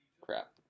Crap